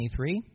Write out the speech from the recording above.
23